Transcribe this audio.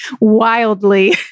wildly